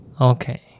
Okay